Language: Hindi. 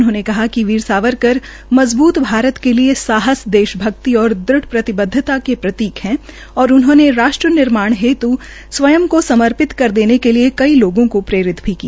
उन्होंने कहा कि वीर सावरकर मजबूत भारत के लिये साहस देश भक्ति और दृढ़ प्रतिबद्वता के प्रतीक है और उन्होंने राष्ट्र निर्माण हेत् स्वयं को समर्पित कर देने के लिये कई लोगों को प्रेरित भी किया